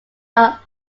are